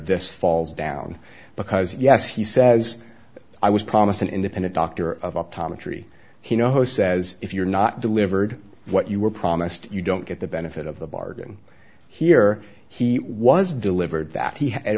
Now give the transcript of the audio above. this falls down because yes he says i was promised an independent dr of optometry he no says if you're not delivered what you were promised you don't get the benefit of the bargain here he was delivered that he had